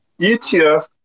etf